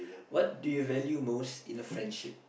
what do you value most in a friendship